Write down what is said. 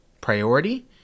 priority